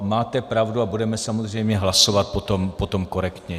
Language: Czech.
Máte pravdu a budeme samozřejmě hlasovat potom korektně.